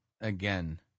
Again